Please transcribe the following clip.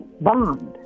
bond